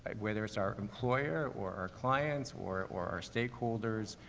whether it's our employer or our clients, or, or our stakeholders,